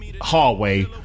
hallway